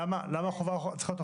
למה חובת ההוכחה צריכה להיות הפוכה?